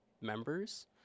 members